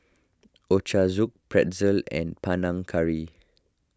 Ochazuke Pretzel and Panang Curry